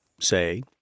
say